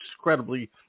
incredibly